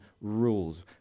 rules